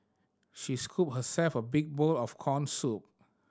she scooped herself a big bowl of corn soup